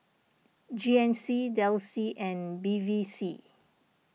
G N C Delsey and Bevy C